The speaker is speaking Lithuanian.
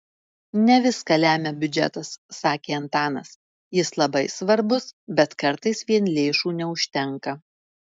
ne viską lemia biudžetas sakė antanas jis labai svarbus bet kartais vien lėšų neužtenka